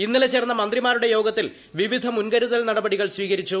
ഇന്നലെ ചേർന്ന മന്ത്രിമാരുടെ യോഗത്തിൽ വിവിധ മുൻകരുതൽ നടപടികൾ സ്ഥീകരിച്ചു